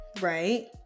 Right